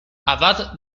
abad